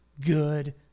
good